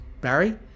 Barry